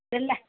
எல்ல